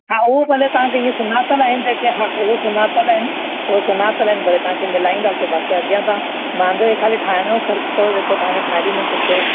हा उहो भले तव्हां खे ईअं सुञातल आहिनि जेके हा उहो सुञातल आहिनि उहो सुञातल आहिनि पर तव्हां खे मिलाईंदासीं बाक़ी अॻियां तव्हां मुंहिंजो हे खाली ठाहिण जो ख़र्चु अथव जेको तव्हां खे ठाहे ॾींदुमि सुठो